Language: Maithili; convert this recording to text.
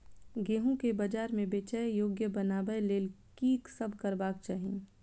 गेंहूँ केँ बजार मे बेचै योग्य बनाबय लेल की सब करबाक चाहि?